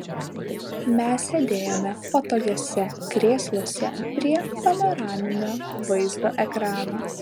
mes sėdėjome patogiuose krėsluose prie panoraminio vaizdo ekrano